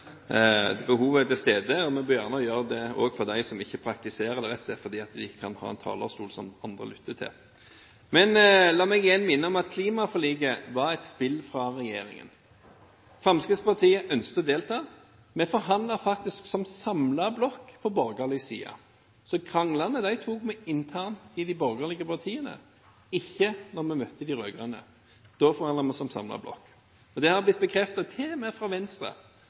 Behovet er til stede, og nå begynner det å bli det også for dem som ikke praktiserer det, rett og slett fordi de ikke har en talerstol som andre lytter til. Men la meg igjen minne om at klimaforliket var et spill fra regjeringen. Fremskrittspartiet ønsket å delta. Vi forhandlet faktisk som samlet blokk på borgerlig side, så kranglene tok vi internt i de borgerlige partiene – ikke når vi møtte de rød-grønne. Da forhandlet vi som samlet blokk. Dette er til og med blitt bekreftet fra Venstre,